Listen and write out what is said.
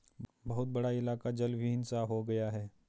बहुत बड़ा इलाका जलविहीन सा हो गया है